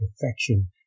perfection